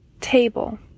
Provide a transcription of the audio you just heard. Table